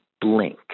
blink